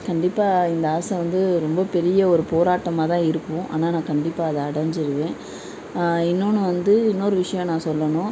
கண்டிப்பாக இந்த ஆசை வந்து ரொம்ப பெரிய ஒரு போராட்டமாகதான் இருக்கும் ஆனால் நான் கண்டிப்பாக அதை அடைஞ்சிருவேன் இன்னொன்று வந்து இன்னொரு விஷயம் நான் சொல்லணும்